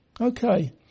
Okay